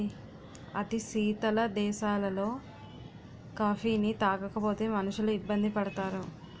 అతి శీతల దేశాలలో కాఫీని తాగకపోతే మనుషులు ఇబ్బంది పడతారు